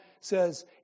says